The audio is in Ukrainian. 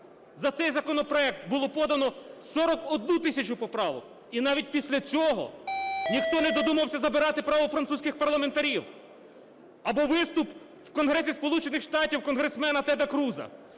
За цей законопроект було подано 41 тисячу поправок, і навіть після цього ніхто не додумався забирати право французьких парламентарів. Або виступ в Конгресі Сполучених Штатів конгресмена Теда Круза: